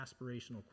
aspirational